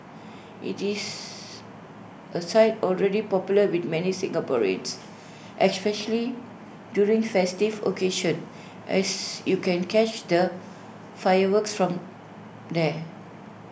IT is A site already popular with many Singaporeans especially during festive occasions as you can catch the fireworks from there